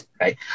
right